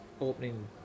opening